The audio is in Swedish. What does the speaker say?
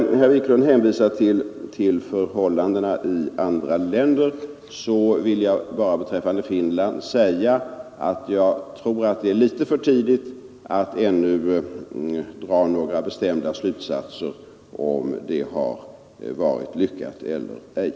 Med anledning av att herr Wiklund hänvisar till förhållandena i andra länder vill jag bara beträffande Finland säga, att jag tror att det är litet för tidigt att ännu dra några bestämda slutsatser om huruvida verksamhe ten där har varit lyckad eller ej.